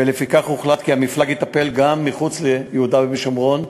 ולפיכך הוחלט כי המפלג יטפל גם מחוץ ליהודה ושומרון,